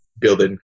building